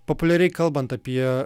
populiariai kalbant apie